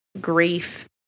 grief